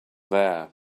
there